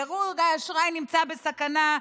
דירוג האשראי נמצא בסכנה,